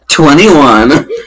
Twenty-one